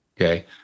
okay